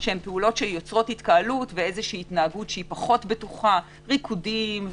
הפעולות שיוצרות התקהלות והתנהגות שהיא פחות בטוחה ריקודים,